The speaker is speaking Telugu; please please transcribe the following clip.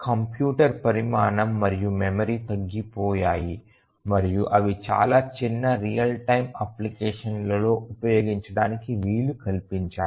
కంప్యూటర్ల పరిమాణం మరియు మెమరీ తగ్గిపోయాయి మరియు అవి చాలా చిన్న రియల్ టైమ్ అప్లికేషన్లలో ఉపయోగించటానికి వీలు కల్పించాయి